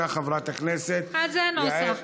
הנוסח.